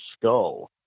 skull